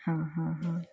हां हां हां